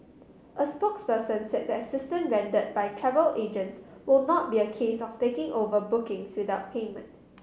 a spokesperson said the assistance rendered by travel agents who not be a case of taking over bookings without payment